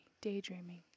daydreaming